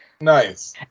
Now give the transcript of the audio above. Nice